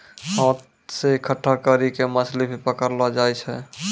हाथ से इकट्ठा करी के मछली भी पकड़लो जाय छै